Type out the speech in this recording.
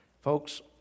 Folks